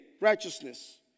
righteousness